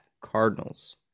Cardinals